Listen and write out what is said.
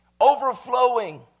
overflowing